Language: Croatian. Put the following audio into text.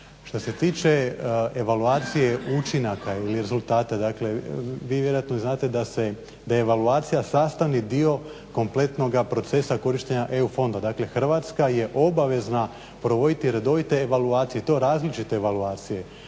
Šta se tiče evaluacije učinaka ili rezultata, dakle vi vjerojatno i znate da je evaluacija sastavni dio kompletnog procesa korištenja EU fonda, dakle Hrvatska je obavezna provoditi redovite evaluacije i to različite evaluacije,